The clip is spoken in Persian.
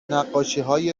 نقاشیهای